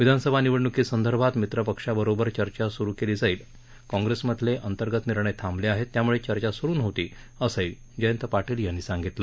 विधानसभा निवडण्कीसंदर्भात मित्रपक्षा बरोबर चर्चा स्रू केली जाईल काँग्रेसमधले अंतर्गत निर्णय थांबले आहेत त्याम्ळे चर्चा स्रू नव्हती असंही जयंत पाटील यानी सांगितलं